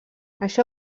això